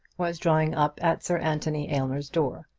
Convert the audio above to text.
was drawn up at sir anthony aylmer's door.